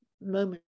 moment